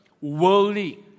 worldly